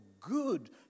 good